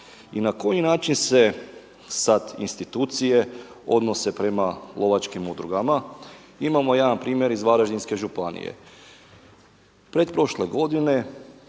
I na koji način se sada institucije, odnose prema lovačkim udrugama? Imamo jedan primjer iz Varaždinske županije. Pretprošle godine